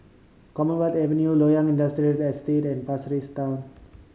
Commonwealth Avenue Loyang Industrial Estate and Pasir Ris Town